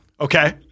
Okay